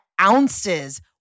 ounces